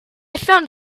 found